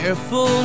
Careful